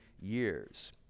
years